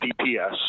DPS –